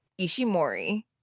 Ishimori